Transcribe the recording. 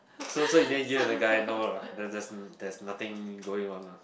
so so in the end you and the guy no lah there's there's there's nothing going on lah